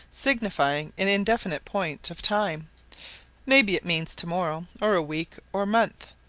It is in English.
signifying an indefinite point of time may be it means to-morrow, or a week, or month,